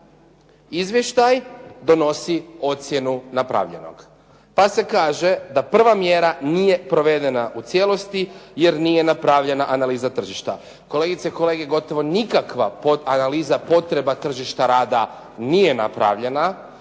izvještaj donosi ocjenu napravljenog. Pa se kaže da prva mjera nije provedena u cijelosti jer nije napravljena analiza tržišta. Kolegice i kolege, gotovo nikakva analiza potreba tržišta rada nije napravljena.